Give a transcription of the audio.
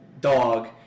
dog